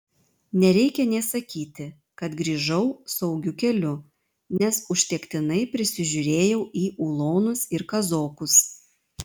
nereikia nė sakyti kad grįžau saugiu keliu nes užtektinai prisižiūrėjau į ulonus ir kazokus